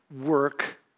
work